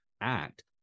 act